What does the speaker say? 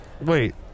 Wait